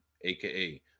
aka